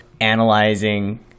analyzing